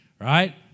right